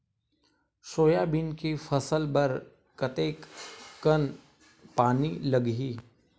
Soybean के फसल बर कतेक कन पानी लगही?